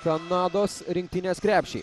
kanados rinktinės krepšį